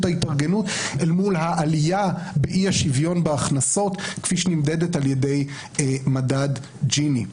ההתארגנות אל מול העלייה באי-השוויון בהכנסות כפי שנמדד על-ידי מדד ג'יני.